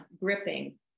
gripping